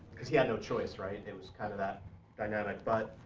because he had no choice right it was kind of that dynamic. but